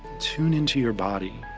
tune into your body,